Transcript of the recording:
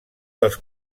dels